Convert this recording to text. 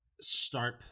start